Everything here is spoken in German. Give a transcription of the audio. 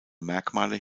merkmale